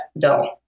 bill